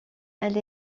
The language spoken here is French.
elle